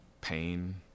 pain